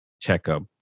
checkup